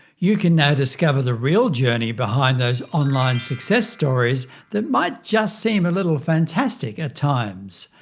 you can now discover the real journey behind those online success stories that might just seem a little fantastic at times.